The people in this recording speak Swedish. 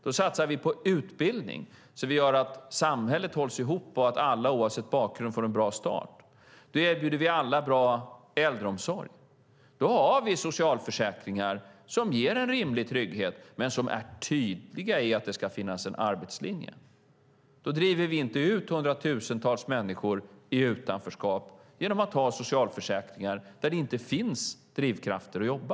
Då satsar vi på utbildning så att vi gör att samhället hålls ihop och att alla oavsett bakgrund får en bra start. Då erbjuder vi alla bra äldreomsorg. Då har vi socialförsäkringar som ger en rimlig trygghet men som är tydliga i att det ska finnas en arbetslinje. Då driver vi inte ut hundratusentals människor i utanförskap genom att ha socialförsäkringar där det inte finns drivkrafter att jobba.